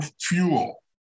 fuel